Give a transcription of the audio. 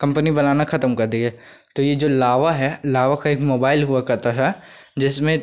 company बनाना ख़त्म कर दी है तो यह जो लावा है लावा का एक मोबाइल हुआ करता था जिसमें